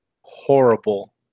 horrible